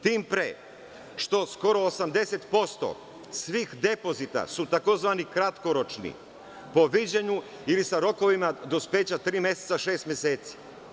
Tim pre što skoro 80% svih depozita su tzv. kratkoročni, po viđenju, ili sa rokovima dospeća tri meseca, šest meseci.